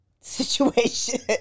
situation